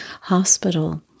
hospital